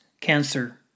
Cancer